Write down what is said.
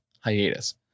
hiatus